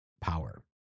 power